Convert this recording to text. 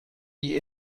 die